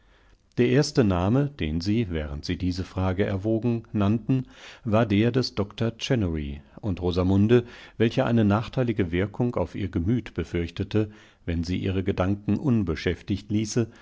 einigenderältestenihrerbekanntendieereignissemitzuteilen welche aufdieentdeckungimmyrtenzimmergefolgtwaren dererstename densie während sie diese frage erwogen nannten war der des doktor chennery und rosamunde welche eine nachteilige wirkung auf ihr gemüt befürchtete wenn sie ihre gedanken unbeschäftigtließe